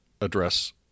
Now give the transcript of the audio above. address